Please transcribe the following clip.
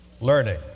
Learning